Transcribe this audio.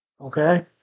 Okay